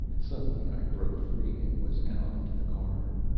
suddenly. i broke free and was out into the corridor.